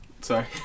sorry